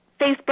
Facebook